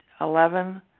Eleven